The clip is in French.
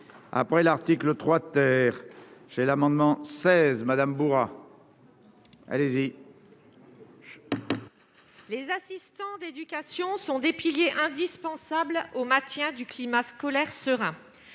après l'article 3 ter l'amendement 16 Madame bourra. Allez-y. Les assistants d'éducation sont des piliers indispensables au maintien du climat scolaire sera